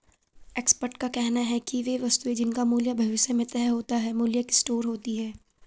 expert का कहना है कि वे वस्तुएं जिनका मूल्य भविष्य में तय होता है मूल्य की स्टोर होती हैं